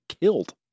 killed